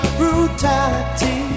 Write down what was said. brutality